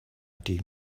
ṭih